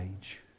age